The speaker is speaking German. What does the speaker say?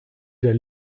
der